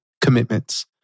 commitments